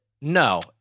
No